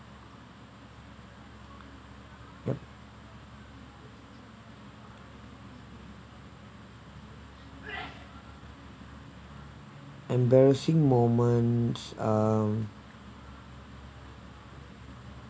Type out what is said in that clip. yup embarrassing moments um